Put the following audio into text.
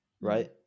right